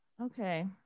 Okay